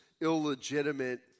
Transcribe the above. illegitimate